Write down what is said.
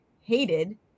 hated